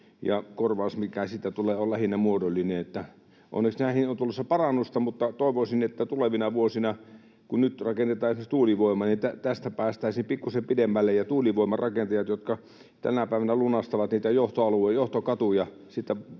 ja korvaus, mikä siitä tulee, on lähinnä muodollinen. Onneksi näihin on tulossa parannusta. Mutta toivoisin, että tulevina vuosina, kun rakennetaan esimerkiksi tuulivoimaa, tästä päästäisiin pikkuisen pidemmälle, sillä tänä päivänä tuulivoiman rakentajilla, jotka lunastavat niitä johtokatuja